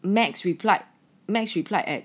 max replied max replied at